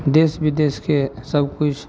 देश बिदेशके सबकिछु